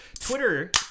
Twitter